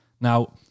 Now